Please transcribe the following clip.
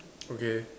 okay